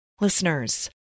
Listeners